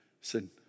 Sin